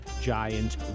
giant